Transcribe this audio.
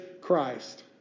Christ